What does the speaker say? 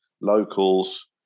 locals